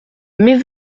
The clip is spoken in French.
mais